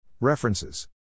References